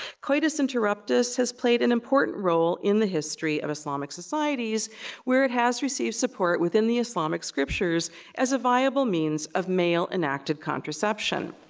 coitus interruptus has played an important role in the history of islamic societies where it has received support within the islamic scriptures as a viable means of male-enacted contraception.